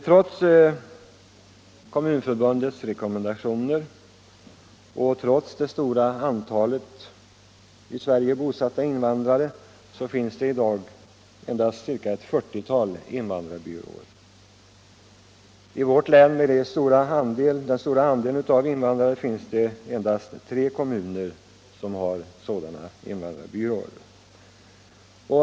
Trots Kommunförbundets rekommendationer och det stora antalet i Sverige bosatta invandrare finns det i dag endast ett 40-tal invandrarbyråer. I vårt län med dess stora andel av invandrare är det endast tre kommuner som har invandrarbyråer.